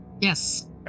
Yes